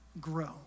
grow